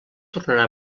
tornarà